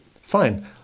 Fine